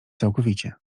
całkowicie